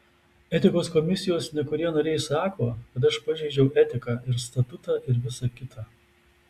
etikos komisijos nekurie nariai sako kad aš pažeidžiau etiką ir statutą ir visa kita